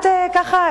ככה,